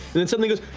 and then suddenly goes,